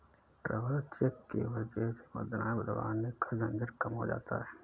traveller cheque की वजह से मुद्राएं बदलवाने का झंझट कम हो जाता है